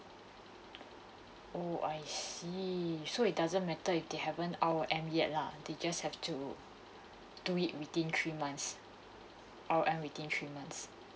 oh I see so it doesn't matter if they haven't R_O_M yet lah they just have to do it within three months R_O_M within three months